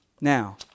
Now